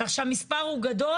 כך שהמספר הוא גדול.